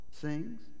sings